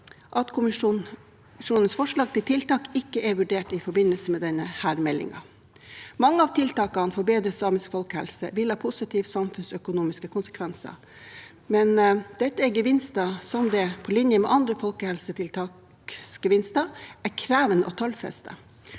men kommisjonens forslag til tiltak er ikke vurdert i forbindelse med meldingen. Mange av tiltakene for bedre samisk folkehelse vil ha positive samfunnsøkonomiske konsekvenser, men dette er gevinster som på linje med andre folkehelsetiltaksgevinster er krevende å tallfeste.